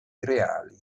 reali